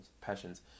passions